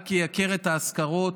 רק ייקר את ההשכרות.